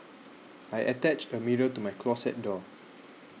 I attached a mirror to my closet door